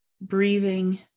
breathing